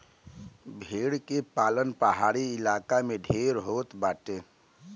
भेड़ के पालन पहाड़ी इलाका में ढेर होत बाटे